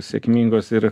sėkmingos ir